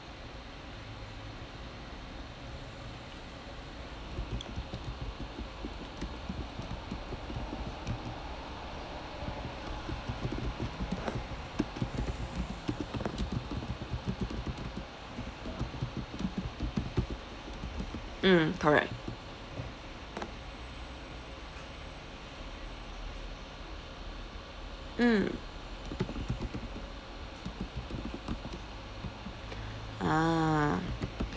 mm correct mm ah